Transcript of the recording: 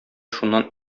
шуннан